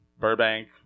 Burbank